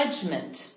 judgment